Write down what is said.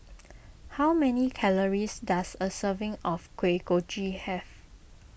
how many calories does a serving of Kuih Kochi have